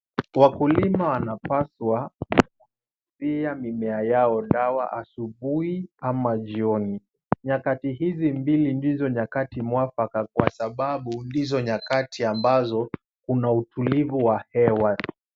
Wakulima wanapaswa kunyunyizia mimea yao dawa asubuhi ama jioni. Nyakati hizi mbili ndizo nyakati mwafaka kwa sababu ndizo nyakati ambazo kuna utulivu wa hewa.